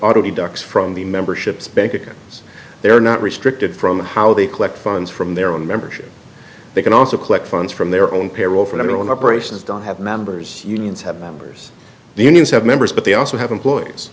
oddity ducks from the memberships bank accounts they are not restricted from the how they collect funds from their own membership they can also collect funds from their own payroll for anyone operations don't have members unions have members the unions have members but they also have employees